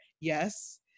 Yes